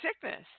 sickness